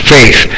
Faith